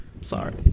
Sorry